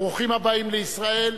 ברוכים הבאים לישראל.